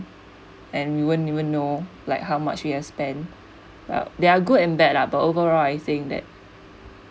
and we won't even know like how much we have spend but there are good and bad lah but overall I think that